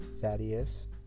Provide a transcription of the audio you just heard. Thaddeus